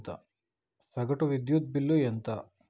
సగటు విద్యుత్ బిల్లు ఎంత?